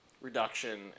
reduction